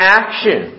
action